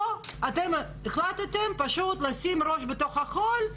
פה אתם החלטתם פשוט לשים ראש בחול,